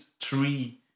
three